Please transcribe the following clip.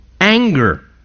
Anger